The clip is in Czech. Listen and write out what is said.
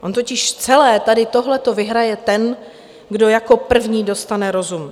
Ono totiž celé tohleto vyhraje ten, kdo jako první dostane rozum.